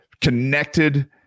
connected